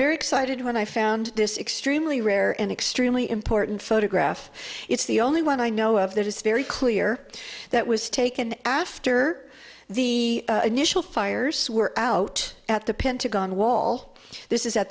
very excited when i found this extremely rare and extremely important photograph it's the only one i know of that is very clear that was taken after the initial fires were out at the pentagon wall this is